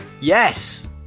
Yes